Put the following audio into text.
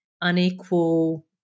unequal